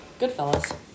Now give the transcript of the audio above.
Goodfellas